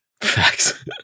Facts